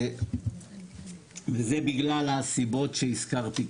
זה בגלל הסיבות שהזכרתי קודם.